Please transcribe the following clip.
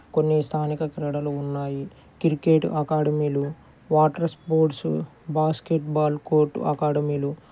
కొన్ని స్థానిక క్రీడలు ఉన్నాయి క్రికెట్ అకాడమీలు వాటర్ స్పోర్ట్సు బాస్కెట్బాల్ కోర్ట్ అకాడమీలు